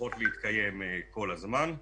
שממשיכות להתקיים כל הזמן.